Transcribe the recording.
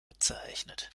bezeichnet